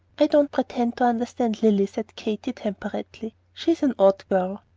i don't pretend to understand lilly, said katy, temperately she is an odd girl.